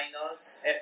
Finals